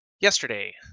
yesterday